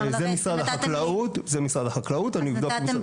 זה משרד החקלאות, אני אבדוק את זה.